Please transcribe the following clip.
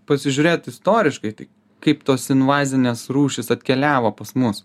pasižiūrėt istoriškai tai kaip tos invazinės rūšys atkeliavo pas mus